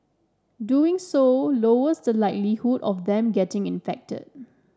doing so lowers the likelihood of them getting infected